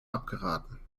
abgeraten